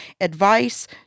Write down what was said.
advice